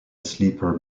sleeper